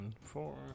four